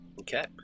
okay